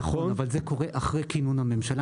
נכון, אבל זה קורה אחרי כינון הממשלה.